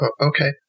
Okay